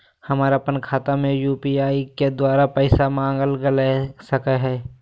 हम अपन खाता में यू.पी.आई के द्वारा पैसा मांग सकई हई?